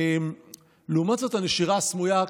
לעומת זאת, הנשירה הסמויה,